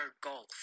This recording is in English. Golf